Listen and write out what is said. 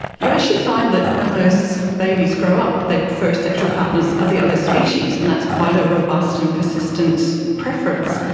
you actually find that when those babies grow up they prefer sexual partners of the other species, and that's quite a robust and persistent preference.